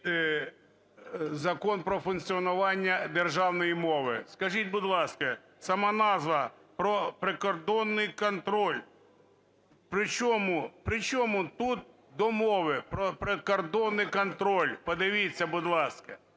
Закон про функціонування державної мови. Скажіть, будь ласка, сама назва "про прикордонний контроль" при чому тут до мови – "про прикордонний контроль"? Подивіться, будь ласка.